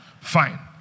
Fine